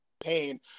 pain